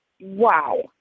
wow